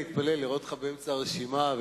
אני מתפלא לראות אותך באמצע הרשימה,